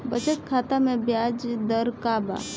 बचत खाता मे ब्याज दर का बा?